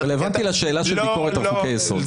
זה רלוונטי לשאלה של ביקורת על חוקי יסוד.